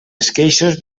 esqueixos